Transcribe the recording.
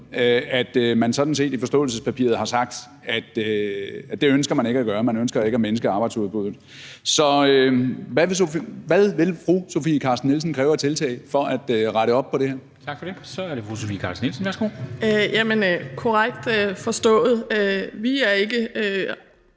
at man i forståelsespapiret har sagt, at det ønsker man ikke at gøre. Man ønsker ikke at mindske arbejdsudbuddet. Så hvad vil fru Sofie Carsten Nielsen kræve af tiltag for at rette op på det her? Kl. 14:19 Formanden (Henrik Dam Kristensen): Tak for det. Så er det